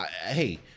hey